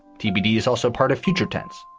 tbd is also part of future tense,